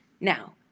Now